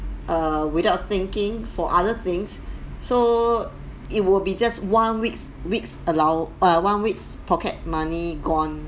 err without thinking for other things so it will be just one week's weeks allow~ err one week's pocket money gone